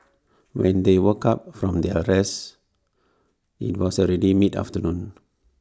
when they woke up from their rest IT was already mid afternoon